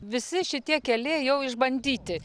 visi šitie keliai jau išbandyti